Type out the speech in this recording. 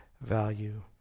value